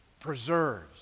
preserves